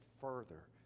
further